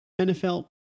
NFL